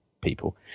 people